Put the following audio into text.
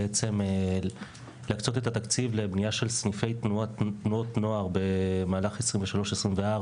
בעצם להקצות את התקציב לבנייה של סניפי תנועות נוער במהלך 2023-2024